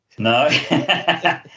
No